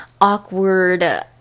awkward